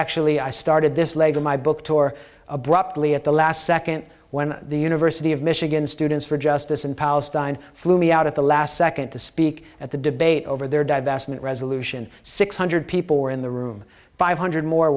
actually i started this leg of my book tour abruptly at the last second when the university of michigan students for just this in palestine flew me out at the last second to speak at the debate over their divestment resolution six hundred people were in the room five hundred more